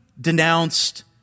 denounced